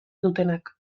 dutenak